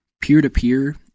peer-to-peer